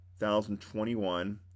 2021